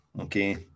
Okay